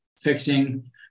fixing